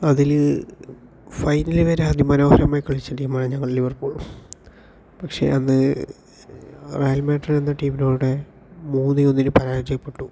അതില് ഫൈനലില് വരെ അതിമനോഹരമായി കളിച്ച ടീമായിരുന്നു ഞങ്ങൾ ലിവർ പൂൾ പക്ഷെ അന്ന് ആയിട്ട് വന്ന ടീമിൻ്റെ കൂടെ മൂന്നേ ഒന്നിന് പരാജയപ്പെട്ടു